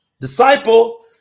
disciple